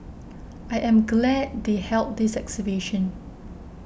I am glad they held this exhibition